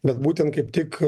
bet būtent kaip tik